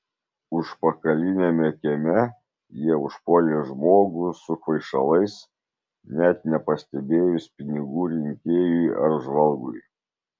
užpakaliniame kieme jie užpuolė žmogų su kvaišalais net nepastebėjus pinigų rinkėjui ar žvalgui